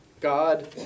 God